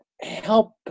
help